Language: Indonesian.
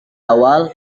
awal